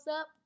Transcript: up